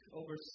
over